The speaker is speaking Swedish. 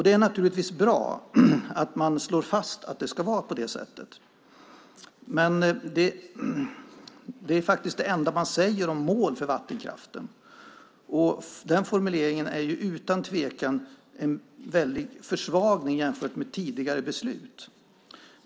Det är naturligtvis bra att man slår fast att det ska vara på det sättet, men det är faktiskt det enda man säger om mål för vattenkraften. Den formuleringen är ju utan tvekan en väldig försvagning jämfört med tidigare beslut.